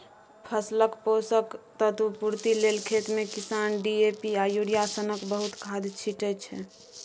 फसलक पोषक तत्व पुर्ति लेल खेतमे किसान डी.ए.पी आ युरिया सनक बहुत खाद छीटय छै